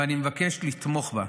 ואני מבקש לתמוך בה.